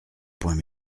point